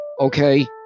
okay